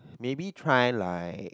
maybe try like